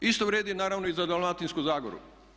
Isto vrijedi naravno i za Dalmatinsku zagoru.